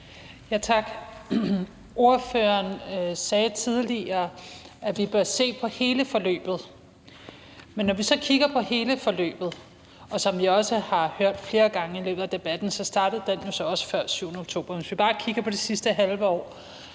Tak. Ordføreren sagde tidligere, at vi bør se på hele forløbet. Men når vi så kigger på hele forløbet, startede det, som vi også har hørt flere gange i løbet af debatten, jo før den 7. oktober. Vi kan bare kigge på det sidste halve år